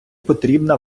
потрібна